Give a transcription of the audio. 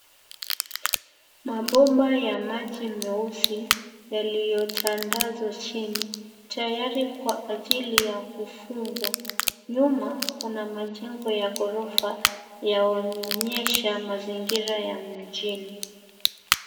Mabomba ya maji meusi yaliyotandazwa chini tayari kwa ajili ya kufungwa. Nyuma kuna majengo ya ghorofa yaonyesha mazingira ya mjini.